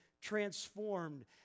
transformed